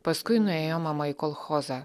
paskui nuėjo mama į kolchozą